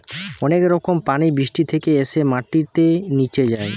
অনেক রকম পানি বৃষ্টি থেকে এসে মাটিতে নিচে যায়